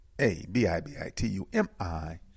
A-B-I-B-I-T-U-M-I